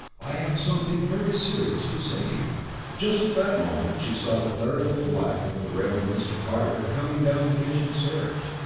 i have something very serious to say to you just at that moment she saw the clerical black of the reverend mr. carter coming down the kitchen stairs.